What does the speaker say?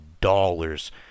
dollars